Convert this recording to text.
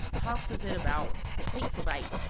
tosses it about, takes a bite,